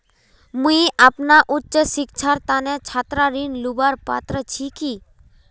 मुई अपना उच्च शिक्षार तने छात्र ऋण लुबार पत्र छि कि?